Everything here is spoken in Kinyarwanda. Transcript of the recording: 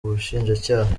ubushinjacyaha